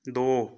ਦੋ